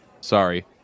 Sorry